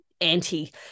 anti